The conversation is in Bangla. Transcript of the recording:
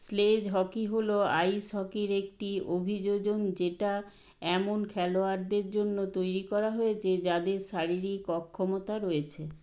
স্লেজ হকি হল আইস হকির একটি অভিযোজন যেটা এমন খেলোয়াড়দের জন্য তৈরী করা হয়েছে যাদের শারীরিক অক্ষমতা রয়েছে